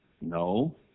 No